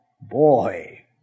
Boy